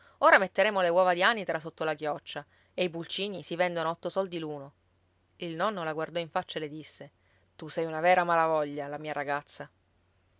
ora metteremo le uova di anitra sotto la chioccia e i pulcini si vendono otto soldi l'uno il nonno la guardò in faccia e le disse tu sei una vera malavoglia la mia ragazza